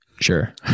Sure